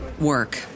work